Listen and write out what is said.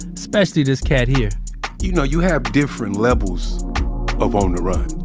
especially this cat here you know, you have different levels of on the run.